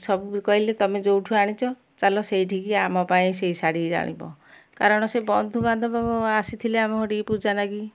ସବୁ କହିଲେ ତମେ ଯେଉଁଠୁ ଆଣିଛ ଚାଲ ସେଇଠିକି ଆମ ପାଇଁ ସେଇ ଶାଢ଼ୀ ଆଣିବ କାରଣ ସେ ବନ୍ଧୁ ବାନ୍ଧବ ଆସିଥିଲେ ଆମ ଘଟିକି ପୂଜା ନାଗି